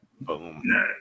Boom